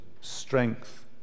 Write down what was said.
strength